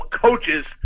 coaches